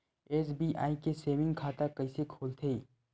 SBI के saving खाता कइसे खोलथे?